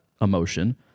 emotion